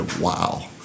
wow